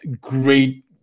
great